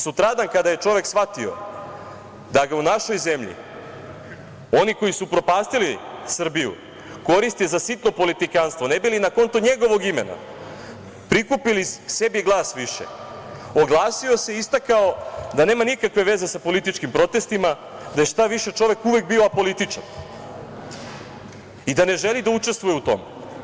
Sutradan kada je čovek shvatio da ga u našoj zemlji, oni koji su upropastili Srbiju, koriste za sitno politikanstvo ne bi li na konto njegovog imena prikupili sebi glas više, oglasio se i istakao da nema nikakve veze sa političkim protestima, već šta više čovek je uvek bio apolitičan i da ne želi da učestvuje u tome.